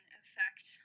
affect